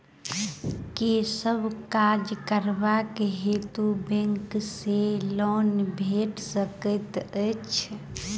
केँ सब काज करबाक हेतु बैंक सँ लोन भेटि सकैत अछि?